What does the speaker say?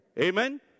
Amen